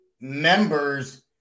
members